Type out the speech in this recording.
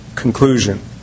conclusion